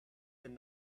and